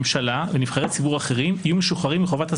ממשלה ונבחרי ציבור אחרים יהיו משוחררים מחובת הסבירות.